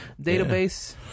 database